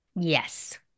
Yes